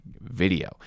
video